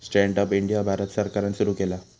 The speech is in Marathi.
स्टँड अप इंडिया भारत सरकारान सुरू केला